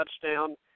touchdown –